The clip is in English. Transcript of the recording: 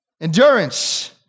Endurance